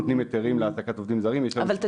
היתרים להעסקת עובדים זרים, יש